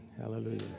hallelujah